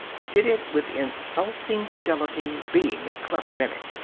did it with insulting fidelity, being a clever mimic.